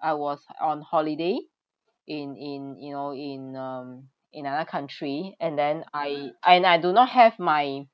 I was on holiday in in you know in um in another country and then I and I do not have my